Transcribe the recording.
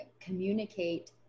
communicate